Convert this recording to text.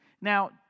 Now